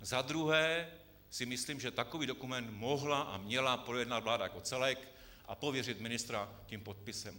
Za druhé si myslím, že takový dokument mohla a měla projednat vláda jako celek a pověřit ministra podpisem.